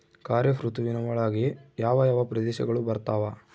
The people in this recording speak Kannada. ಖಾರೇಫ್ ಋತುವಿನ ಒಳಗೆ ಯಾವ ಯಾವ ಪ್ರದೇಶಗಳು ಬರ್ತಾವ?